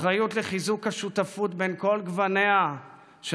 אחריות לחיזוק השותפות בין כל גווניה של